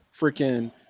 freaking